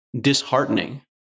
disheartening